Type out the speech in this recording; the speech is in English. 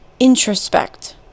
introspect